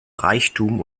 reichtum